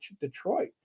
Detroit